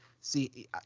see